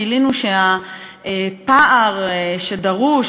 גילינו שהפער שדרוש,